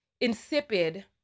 insipid